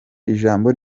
ijambo